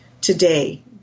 today